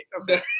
Okay